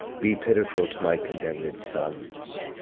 be pitiful to my condemned sons,